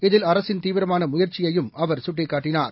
இதில் அரசின் தீவிரமான முயற்சியையும் அவர் குட்டிக்காட்டினார்